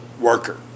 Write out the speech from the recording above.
worker